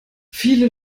viele